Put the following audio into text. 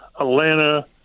Atlanta